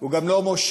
הוא גם לא מושל,